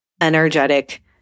energetic